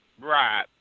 Right